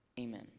amen